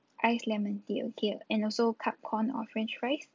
ice lemon tea okay and also cup corn or french fries